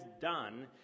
done